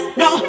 no